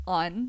on